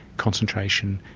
concentration,